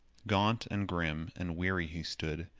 gaunt and grim and weary he stood,